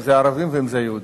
אם זה ערבים ואם זה יהודים.